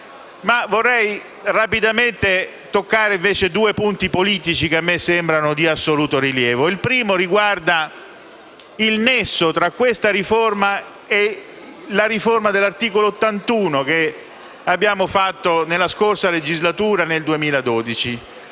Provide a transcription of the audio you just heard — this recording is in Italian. Vorrei rapidamente toccare due punti politici che mi sembrano di assoluto rilievo. Il primo riguarda il nesso tra questa riforma e la riforma dell'articolo 81 della Costituzione che abbiamo approvato nella scorsa legislatura, nel 2012.